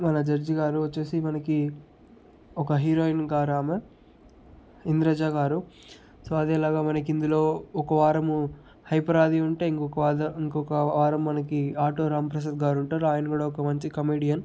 మన జడ్జ్ గారు వచ్చేసి మనకి ఒక హీరోయిన్ గారు ఆమె ఇంద్రజ గారు సో అదేలాగా మనకి ఇందులో ఒక వారం హైపర్ ఆది ఉంటే ఇంకొక వాద ఇంకొక వారం మనకి ఆటో రాంప్రసాద్ గారు ఉంటారు ఆయన కూడా ఒక మంచి కమెడియన్